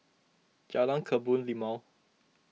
Jalan Kebun Limau